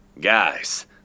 Guys